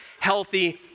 healthy